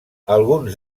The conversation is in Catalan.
alguns